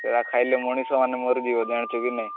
ସେଗୁଡ଼ା ଖାଇଲେ ମଣିଷମାନେ ମରିଯିବେ ଜାଣିଛ କି ନାହିଁ